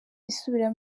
isubira